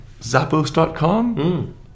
Zappos.com